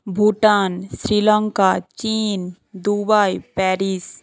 ভুটান শ্রীলঙ্কা চীন Dubai Paris